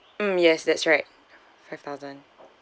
mm yes that's right five thousand